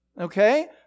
Okay